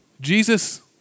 Jesus